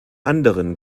anderen